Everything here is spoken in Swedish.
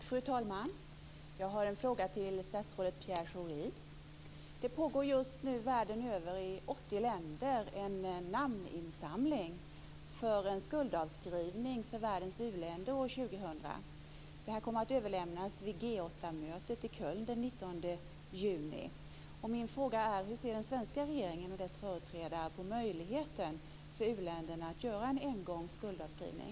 Fru talman! Jag har en fråga till statsrådet Pierre Schori. Just nu pågår i 80 länder världen över en namninsamling för en skuldavskrivning för världens u-länder år 2000. Det här kommer att överlämnas vid G 8-mötet i Köln den 19 juni. Hur ser den svenska regeringen och dess företrädare på möjligheten för uländerna att göra en engångsskuldavskrivning?